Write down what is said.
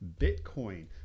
bitcoin